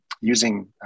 using